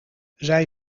zij